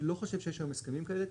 אני לא חושב שיש היום הסכמים כאלה,